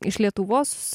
iš lietuvos